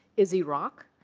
is iraq.